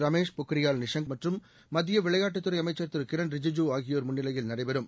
ரமேஷ் நிஷாங்க் பொக்ரியால் மற்றும் மத்திய விளையாட்டுத் துறை அமைச்சர் திரு கிரன் ரிஜூஜூ ஆகியோர் முன்னிலையில் நடைபெறும்